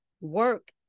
work